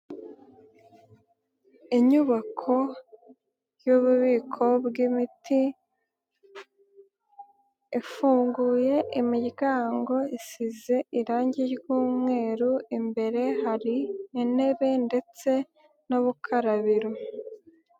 Inyubako, y'ububiko bw'imiti, ifunguye imiryango isize irangi ry'umweru imbere hari intebe, ndetse n'urukarabiro.